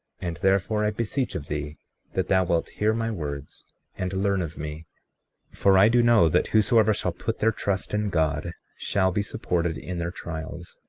and therefore, i beseech of thee that thou wilt hear my words and learn of me for i do know that whosoever shall put their trust in god shall be supported in their trials,